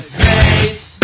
face